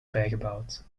bijgebouwd